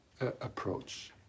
approach